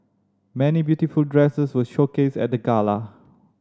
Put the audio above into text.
many beautiful dresses were showcased at the gala